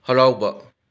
ꯍꯔꯥꯎꯕ